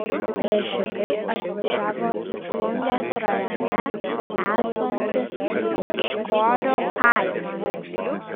plėšikai atvažiavo į plungės rajone esantį pūčkorių kaimą